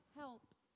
helps